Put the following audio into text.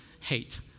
hate